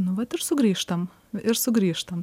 nu vat ir sugrįžtam ir sugrįžtam